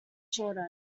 shortened